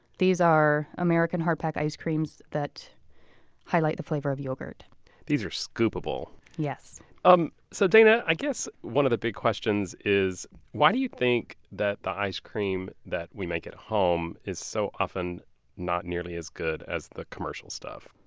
these are american hard pack ice creams that highlight the flavor of yogurt these are scoop-able yes um so you know like one of the big questions is why do you think that the ice cream that we make at home is so often not nearly as good as the commercial stuff?